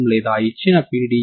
దాని విలువ dK